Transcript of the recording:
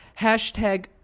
hashtag